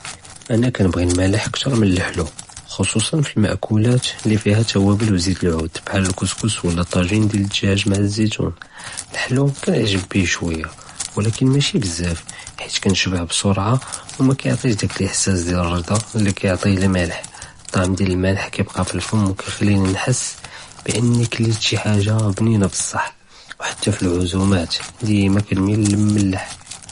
אנא כּנְבְּעִי אֶלמַאלֵח כְּתַר מן אֶלחְלוּ, חְ'צוּסַאן פִי אֶלמאַכּוּלאת לִי פִיהַא אֶלתַּוַאבֶּל וּזִית אֶלעוּד בּחַאל אֶלכְּסְכְּס ולא טַאגִ׳ין דִיַאל אֶלגַ׳אז׳ מעַא זִיתוּן, אֶלחְלוּ כִּיעְ׳גְ׳בּ בִּיה שׁוּיַא, ולכּן מאשִי בּזַאפ חִית כּנְשְׁבַּע בִּסְרְעַה וּמא כִּיעְטִיש דַאק אֶלאִחְסַאס דִיַאל אֶלרְדַ׳א לִי כִּיעְטִיה אֶלמַאלֵח, אֶלטַּעְם דִיַאל אֶלמַאלֵח כִּיבְּקַּא פַאלפֶּם וּכִּיְחְלִינִי נְחס בּאֶנִי כְּלִית שי חַאגַ׳ה בּנִינַה בּצַח וּחתַּא פִי אֶלעְזוּמַאת דַיְמַאן כּנְמִיל לִאלמַלְח.